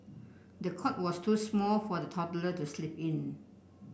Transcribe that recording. the cot was too small for the toddler to sleep in